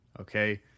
okay